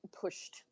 pushed